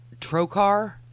trocar